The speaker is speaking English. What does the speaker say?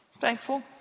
Thankful